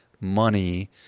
money